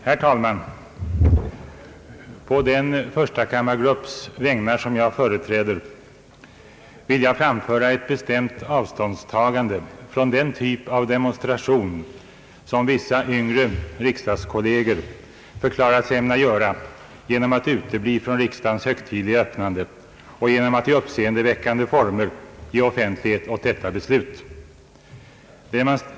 Herr talman! På den förstakammargrupps vägnar som jag företräder vill jag framföra ett bestämt avståndstagande från den typ av demonstration som vissa yngre riksdagskolleger förklarat sig ämna göra genom att utebli från riksdagens högtidliga öppnande och genom att i uppseendeväckande former ge offentlighet åt detta beslut.